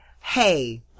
hey